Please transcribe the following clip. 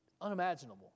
Unimaginable